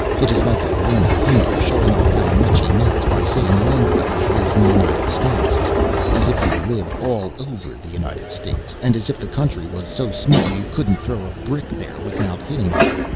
it is like a learned hindoo showing off how much he knows by saying longfellow lives in the united states as if he lived all over the united states, and as if the country was so small you couldn't throw a brick there without hitting him.